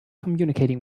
communicating